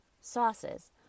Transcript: sauces